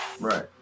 right